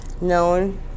known